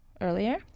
earlier